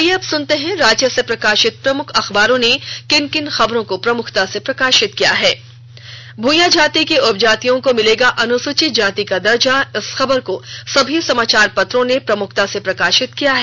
आईये अब सुनते हैं राज्य से प्रकाशित प्रमुख अखबारों ने किन किन खबरों को प्रमुखता से प्रकाशित किया है भुइयां जाति की उपजातियों को मिलेगा अनुसूचित जाति का दर्जा इस खबर को सभी समाचार पत्रों ने प्रमुखता से प्रकाशित किया है